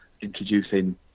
introducing